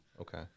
Okay